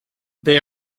they